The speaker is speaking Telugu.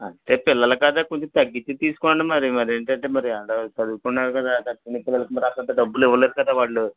అంటే పిల్లలు కదా కొంచెం తగ్గించి తీసుకోండి మరి మరి ఏంటంటే మరి వాళ్ళు చదువుకునేవాళ్ళు కదా చిన్న పిల్లలు కదా వాళ్ళు అంతంత డబ్బులు ఇవ్వలేరు కదా వాళ్ళు